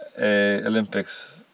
Olympics